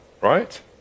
Right